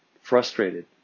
frustrated